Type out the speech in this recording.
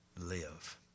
live